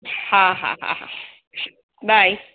हा हा हा हा बाए